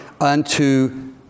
unto